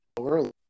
early